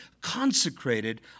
consecrated